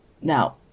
Now